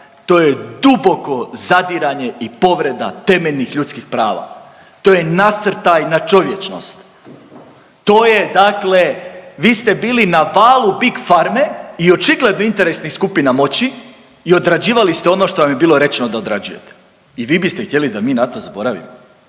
to je duboko zadiranje i povreda temeljnih ljudskih prava. To je nasrtaj na čovječnost, to je dakle. Vi ste bili na valu Big Pharme i očigledno interesnih skupina moći i odrađivali ste ono što vam je bilo rečeno da odrađujete i vi biste htjeli da mi na to zaboravimo,